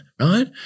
right